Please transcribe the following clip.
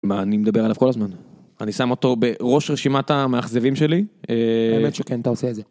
אני מדבר עליו כל הזמן, אני שם אותו בראש רשימת המאכזבים שלי, האמת שכן אתה עושה את זה.